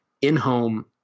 in-home